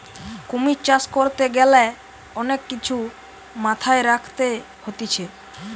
কুমির চাষ করতে গ্যালে অনেক কিছু মাথায় রাখতে হতিছে